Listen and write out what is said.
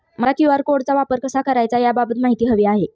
मला क्यू.आर कोडचा वापर कसा करायचा याबाबत माहिती हवी आहे